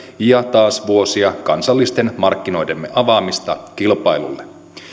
ja taas vuosia kansallisten markkinoidemme avaamista kilpailulle